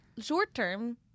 Short-term